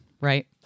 right